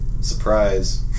surprise